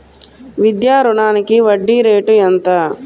విద్యా రుణానికి వడ్డీ రేటు ఎంత?